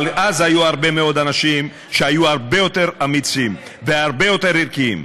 אבל אז היו הרבה מאוד אנשים שהיו הרבה יותר אמיצים והרבה יותר ערכיים.